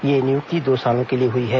ये नियुक्ति दो सालों के लिए हुई है